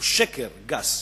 היא שקר גס.